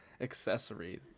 accessory